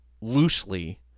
loosely